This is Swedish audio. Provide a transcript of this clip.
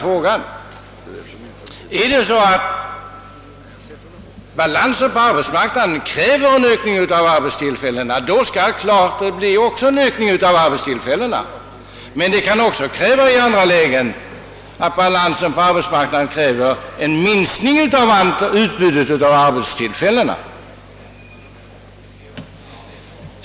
Kräver balansen på arbetsmarknaden en ökning av arbetstillfällena, då skall också dessa ökas. Men det kan i andra lägen hända att balansen på arbetsmarknaden nödvändiggör ett minskat utbud av arbetstillfällen.